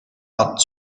hat